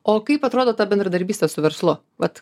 o kaip atrodo ta bendradarbystė su verslu vat